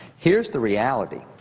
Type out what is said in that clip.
here's the reality